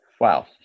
Wow